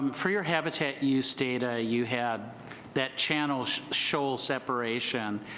for your habitat you stated ah you had that channel-shoal separation.